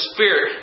Spirit